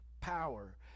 power